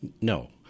No